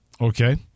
Okay